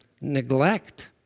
Neglect